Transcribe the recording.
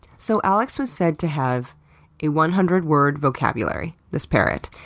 so alex was said to have a one hundred word vocabulary, this parrot,